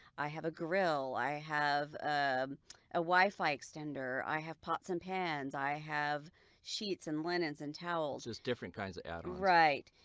i have a grill. i have a a wi-fi extender. i have pots and pans i have sheets and linens and towels just different kinds of atoms, right?